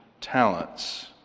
talents